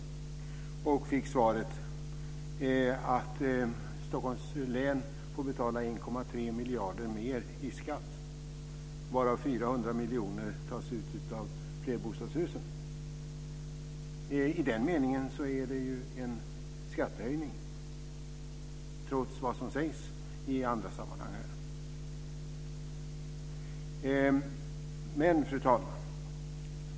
Jag fick svaret att Stockholms län får betala 1,3 miljarder mer i skatt, varav 400 miljoner tas ut av flerbostadshusen. I den meningen är det ju en skattehöjning trots det som sägs i andra sammanhang. Fru talman!